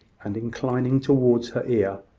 and inclining towards her ear.